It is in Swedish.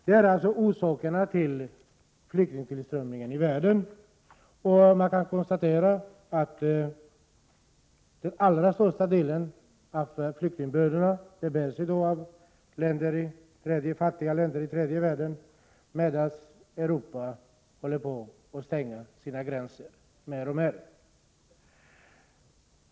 Det är orsakerna till flyktingströmmarna i världen, och man kan konstatera att den allra största delen av flyktingbördorna i dag bärs av fattiga länder i tredje världen, medan Europa håller på att stänga sina gränser mer och mer.